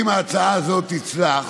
אם ההצעה הזאת תצלח,